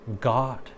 God